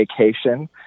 Vacation